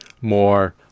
more